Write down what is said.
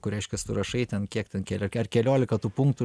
kur reiškias tu rašai ten kiek ten ar keliolika tų punktų